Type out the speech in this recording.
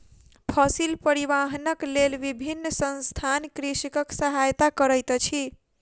फसिल परिवाहनक लेल विभिन्न संसथान कृषकक सहायता करैत अछि